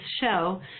show